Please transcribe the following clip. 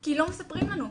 כי לא מספרים לנו.